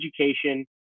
education